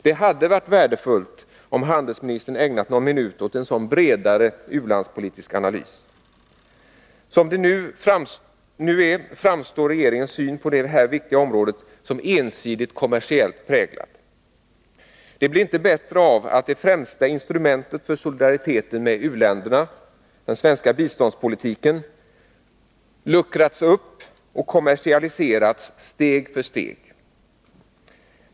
Det hade varit värdefullt om handelsministern ägnat någon minut åt en sådan bredare u-landspolitisk analys. Som det nu är, framstår regeringens syn på detta viktiga område som ensidigt kommersiellt präglad. Det blir inte bättre av att det främsta instrumentet för solidariteten med u-länderna, den svenska biståndspolitiken, luckrats upp och kommersialiserats steg för steg.